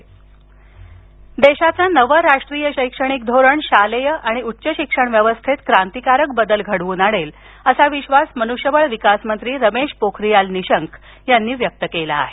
निशंक देशाचं नवं राष्ट्रीय शैक्षणिक धोरण शालेय आणि उच्च शिक्षण व्यवस्थेत क्रांतीकारक बदल घडवून आणेल असा विश्वास मन्ष्यबळ विकास मंत्री रमेश पोखरीयाल निशंक यांनी व्यक्त केला आहे